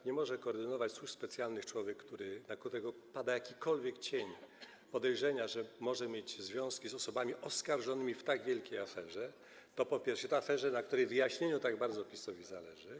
Nie może koordynować służb specjalnych człowiek, na którego pada jakikolwiek cień podejrzenia, że może mieć związki z osobami oskarżonymi w tak wielkiej aferze, i to aferze, na której wyjaśnieniu tak bardzo PiS-owi zależy.